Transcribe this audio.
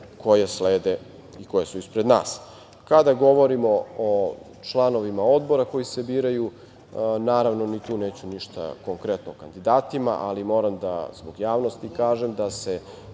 koje slede i koje su ispred nas. Kada govorimo o članovima odbora koji se biraju, naravno, ni tu neću ništa konkretno o kandidatima, ali moram zbog javnosti da kažem da se